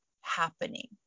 happening